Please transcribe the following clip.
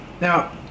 Now